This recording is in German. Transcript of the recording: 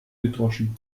gedroschen